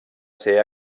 ser